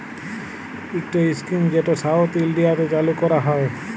ইকট ইস্কিম যেট সাউথ ইলডিয়াতে চালু ক্যরা হ্যয়